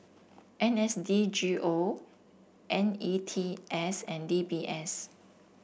N S D G O N E T S and D B S